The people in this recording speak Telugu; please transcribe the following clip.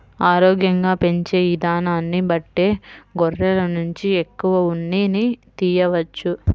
ఆరోగ్యంగా పెంచే ఇదానాన్ని బట్టే గొర్రెల నుంచి ఎక్కువ ఉన్నిని తియ్యవచ్చు